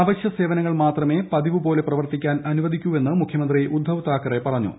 അവശ്യ സേവനങ്ങൾ മാത്രമേ പതിവുപോലെ പ്രവർത്തിക്കാൻ അനുവദിക്കുകയുള്ളൂവെന്ന് മുഖ്യമന്ത്രി ഉദ്ദ്വ് താക്കറെ പറഞ്ഞു